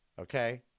okay